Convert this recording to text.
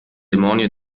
demonio